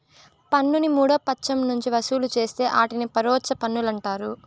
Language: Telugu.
పన్నుని మూడో పచ్చం నుంచి వసూలు చేస్తే ఆటిని పరోచ్ఛ పన్నులంటారు